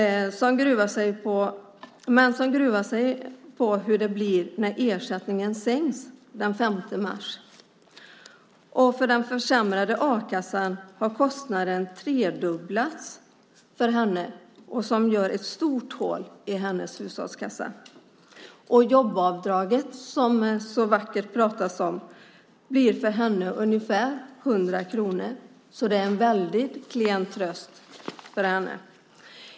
Hon gruvar sig för hur det blir när ersättningen sänks den 5 mars. För den försämrade a-kassan har kostnaden tredubblats för henne. Det gör ett stort hål i hennes hushållskassa. Jobbavdraget som det pratas så vackert om blir för henne ungefär 100 kronor. Det är alltså en väldigt klen tröst.